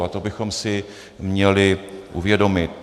A to bychom si měli uvědomit.